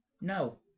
No